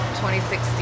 2016